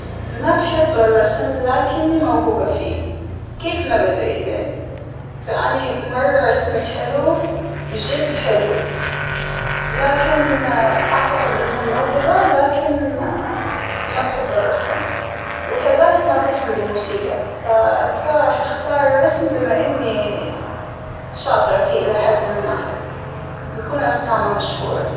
ما بحب الرسم لكنى موهوبة فيه كيف ما بدى يانى ، لانى مرة رسمى حلو بجد حلو، لكن أعتقد أن هاى الموهبة لكن ما بحب الرسم ، وكذلك ما بفهم بالموسيقى ، فاتر راح أختارالرسم بما إنى شاطرة فيه إلى حد ما بكون رسامة مشهورة.